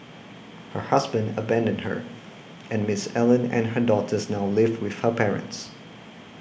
her husband abandoned her and Miss Allen and her daughters now live with her parents